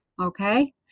Okay